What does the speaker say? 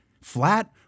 flat